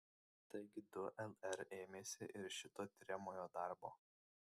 taigi du lr ėmėsi ir šito tiriamojo darbo